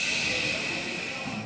ששש.